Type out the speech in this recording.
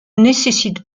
nécessite